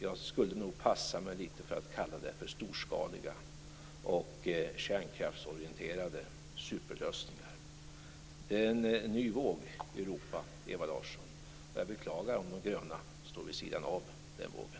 Jag skulle nog passa mig litet för att kalla det för storskaliga och kärnkraftsorienterade superlösningar. Det är en ny våg i Europa, Ewa Larsson. Jag beklagar om de gröna står vid sidan av den vågen.